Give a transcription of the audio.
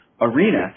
arena